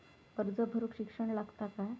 अर्ज करूक शिक्षण लागता काय?